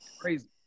crazy